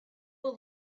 will